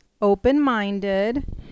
open-minded